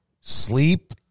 Sleep